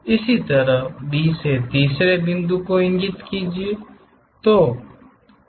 इसी तरह B से तीसरे बिंदु को इंगित कीजिये